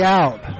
out